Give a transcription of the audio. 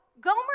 Gomer